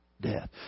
death